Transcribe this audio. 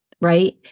right